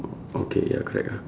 oh okay ya correct ah